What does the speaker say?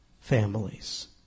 families